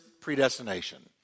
predestination